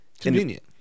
Convenient